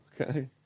Okay